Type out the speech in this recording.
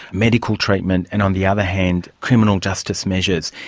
medical treatment and, on the other hand, criminal justice measures,